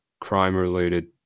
crime-related